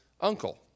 uncle